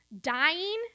dying